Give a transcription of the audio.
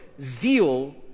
zeal